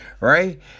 Right